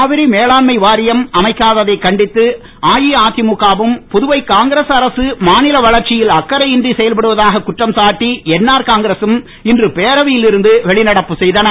காவிரி மேலாண்மை வாரியம் அமைக்காததை கண்டித்து அஇஅதிமுகவும் புதுவை காங்கிரஸ் அரசு மாநில வளர்ச்சியில் அக்கறை இன்றி செயல்படுவதாக குற்றம் சாட்டி என்ஆர் காங்கிரகம் இன்று பேரவையில் இருந்து வெளிநடப்பு செய்தன